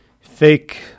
fake